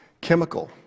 chemical